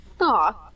Aw